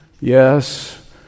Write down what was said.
yes